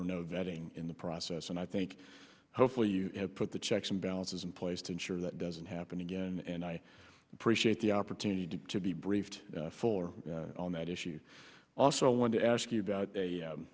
or no vetting in the process and i think hopefully you put the checks and balances in place to ensure that doesn't happen again and i appreciate the opportunity to be briefed fuller on that issue also want to ask you about